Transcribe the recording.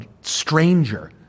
stranger